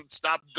stop